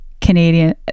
Canadian